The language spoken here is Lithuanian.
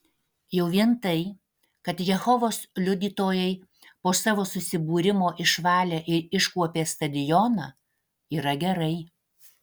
jau vien tai kad jehovos liudytojai po savo susibūrimo išvalė ir iškuopė stadioną yra gerai